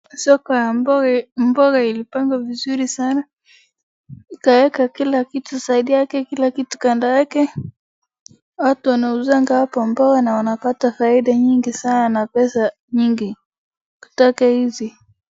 Soko ya mboga imepangua vizuri sana wakaeka kila kitu side yake, kila kitu kando yake watu wanauzanga hapo mboga na wanapata faida yingi sana na pesa mingi kutoka hizi.